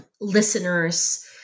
listeners